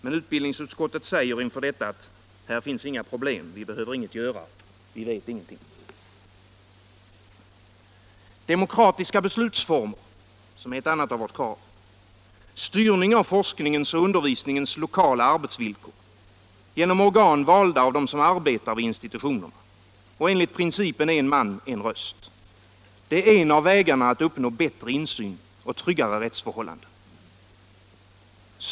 Men utbildningsutskottet säger inför detta: Här finns inga problem. Vi behöver inget göra. Vi vet ingenting. Demokratiska beslutsformer, som är ett annat av våra krav, styrning av forskningens och undervisningens lokala arbetsvillkor genom organ = Nr 25 valda av dem som arbetar vid institutionerna — enligt principen en man, Onsdagen den en röst — är en av vägarna att uppnå bättre insyn och tryggare rätts 19 november 1975 förhållanden.